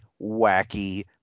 wacky